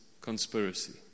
conspiracy